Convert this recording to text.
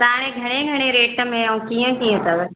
त हाणे घणे घणे रेट में ऐं कीअं कीअं अथव